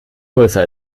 größer